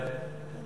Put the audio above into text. מוותר.